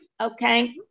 okay